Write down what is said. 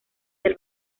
del